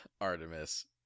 Artemis